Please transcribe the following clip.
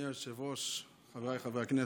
אדוני היושב-ראש, חבריי חברי הכנסת,